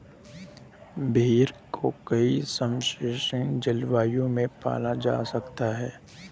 भेड़ को कई समशीतोष्ण जलवायु में पाला जा सकता है